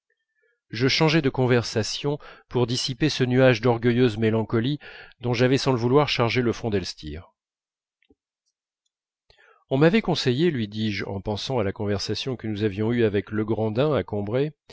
je changeai de conversation pour dissiper ce nuage d'orgueilleuse mélancolie dont j'avais sans le vouloir chargé le front d'elstir on m'avait conseillé lui dis-je en pensant à la conversation que nous avions eue avec legrandin à combray